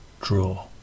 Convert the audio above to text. Draw